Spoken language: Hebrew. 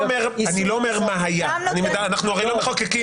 אני לא אומר מה היה, אנחנו הרי מחוקקים